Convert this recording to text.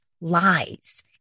lies